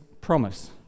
promise